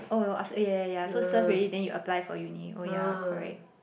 oh after A yeah yeah yeah so serve already then you apply for uni oh yeah correct